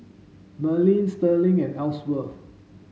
Merlin Sterling and Elsworth